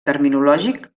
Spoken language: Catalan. terminològic